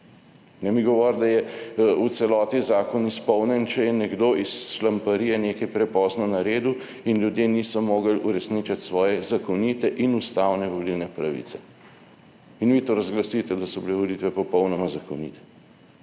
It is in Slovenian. Ne mi govoriti, da je v celoti zakon izpolnjen, če je nekdo iz šlamparije nekaj prepozno naredil in ljudje niso mogli uresničiti svoje zakonite in ustavne volilne pravice. In vi to razglasite, da so bile volitve popolnoma zakonite.